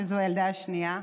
שזו הילדה השנייה,